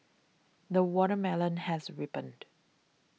the watermelon has ripened